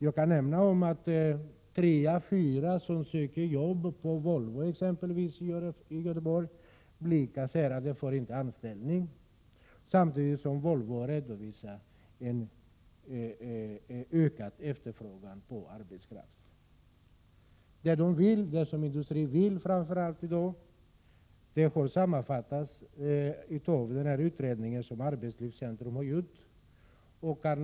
Jag kan nämna att tre av fyra som söker jobb på Volvo i Göteborg inte får anställning, samtidigt som Volvo redovisar en ökad efterfrågan på arbetskraft. Det som industrin framför allt vill ha i dag sammanfattas av den utredning som Arbetslivscentrum har gjort.